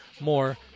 More